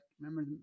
remember